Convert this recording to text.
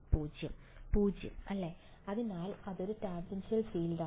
വിദ്യാർത്ഥി 0 0 അല്ലേ അതിനാൽ ഇതൊരു ടാൻജൻഷ്യൽ ഫീൽഡാണ്